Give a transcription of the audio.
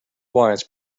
wines